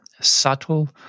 subtle